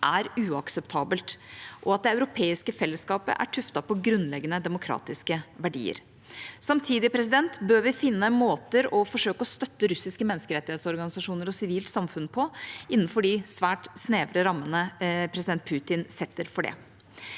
er uakseptabelt, og at det europeiske fellesskapet er tuftet på grunnleggende demokratiske verdier. Samtidig bør vi finne måter å forsøke å støtte russiske menneskerettighetsorganisasjoner og sivilt samfunn på innenfor de svært snevre rammene president Putin setter for det.